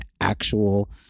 actual